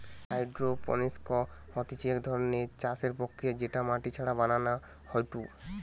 hydroponics হতিছে এক ধরণের চাষের প্রক্রিয়া যেটা মাটি ছাড়া বানানো হয়ঢু